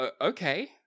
okay